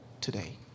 today